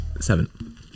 Seven